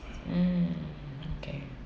mm okay